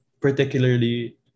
particularly